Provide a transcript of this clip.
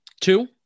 Two